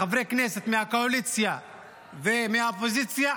חברי כנסת מהקואליציה ומהאופוזיציה,